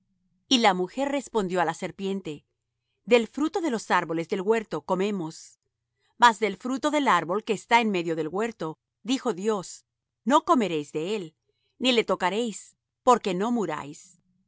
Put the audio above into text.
y la mujer respondió á la serpiente del fruto de los árboles del huerto comemos mas del fruto del árbol que está en medio del huerto dijo dios no comeréis de él ni le tocaréis porque no muráis